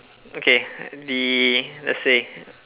okay the let's say